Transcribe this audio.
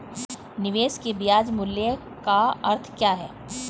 निवेश के ब्याज मूल्य का अर्थ क्या है?